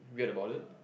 weird about it